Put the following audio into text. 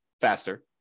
faster